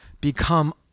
become